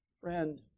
friend